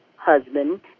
husband